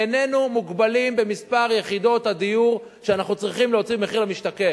איננו מוגבלים במספר יחידות הדיור שאנחנו צריכים להוציא במחיר למשתכן.